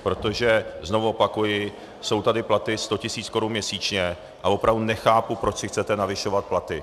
Protože znovu opakuji, jsou tady platy 100 tisíc korun měsíčně a opravdu nechápu, proč si chcete navyšovat platy.